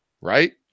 right